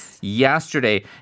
yesterday